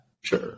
Sure